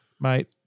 Mate